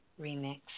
Remix